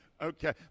Okay